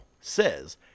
says